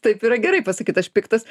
taip yra gerai pasakyt aš piktas